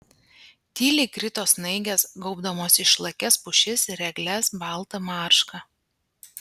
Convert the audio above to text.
tyliai krito snaigės gaubdamos išlakias pušis ir egles balta marška